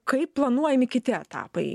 kaip planuojami kiti etapai